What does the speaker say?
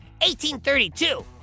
1832